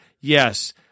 yes